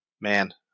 Man